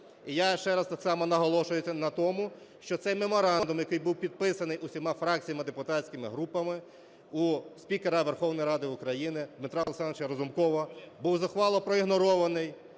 І я ще раз так само наголошую на тому, що цей меморандум, який був підписаний усіма фракціями і депутатськими групами у спікера Верховної Ради України Дмитра Олександровича Разумкова, був зухвало проігнорований